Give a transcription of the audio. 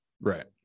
right